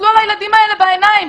תסתכלו על הילדים האלה בעיניים,